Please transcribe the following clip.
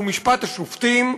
שהוא משפט השופטים,